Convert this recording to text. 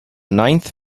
ninth